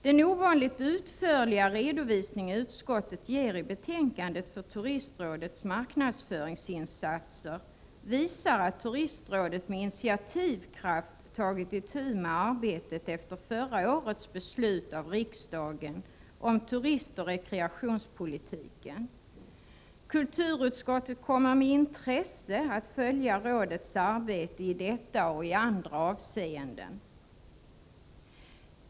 Den ovanligt utförliga redovisning som utskottet i betänkandet ger av turistrådets marknadsföringsinsatser visar att turistrådet med initiativkraft har tagit itu med arbetet efter förra årets riksdagsbeslut om turistoch rekreationspolitiken. Kulturutskottet kommer med intresse att följa rådets arbete i detta och i andra avseenden.